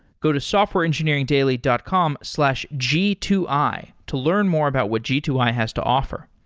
go to softwareengineeringdaily dot com slash g two i to learn more about what g two i has to offer.